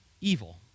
evil